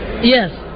Yes